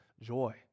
joy